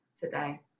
today